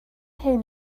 hyn